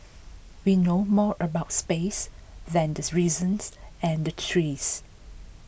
we know more about space than the reasons and the trees